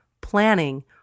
planning